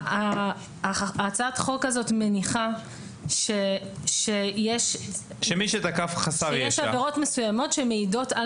הצעת החוק הזאת מניחה שיש עבירות מסוימות שמעידות על